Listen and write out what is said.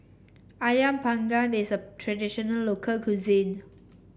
ayam Panggang is a traditional local cuisine